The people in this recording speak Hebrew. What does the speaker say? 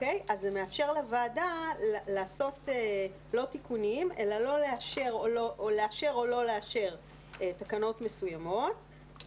זה מאפשר לוועדה לעשות לא תיקון אלא לאשר או לא לאשר תקנות מסוימות.